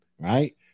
right